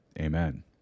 Amen